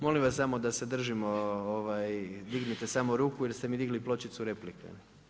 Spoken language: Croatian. Molim vas samo da se držimo, ovaj, dignite samo ruku, jer ste mi digli pločicu replike.